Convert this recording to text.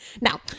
Now